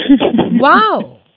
Wow